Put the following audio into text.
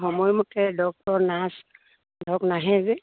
সময়মতে doctor nurse ধৰক নাহে যে